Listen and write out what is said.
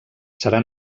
serà